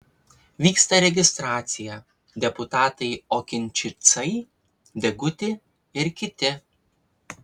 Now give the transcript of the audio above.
vyksta registracija deputatai okinčicai deguti ir kiti